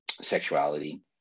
sexuality